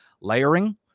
layering